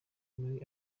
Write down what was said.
muri